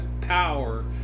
power